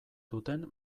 duten